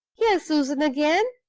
here's susan again.